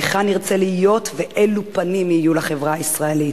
היכן נרצה להיות ואילו פנים יהיו לחברה הישראלית.